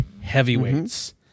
heavyweights